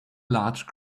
large